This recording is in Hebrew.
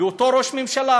אותו ראש ממשלה,